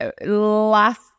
last